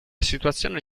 situazione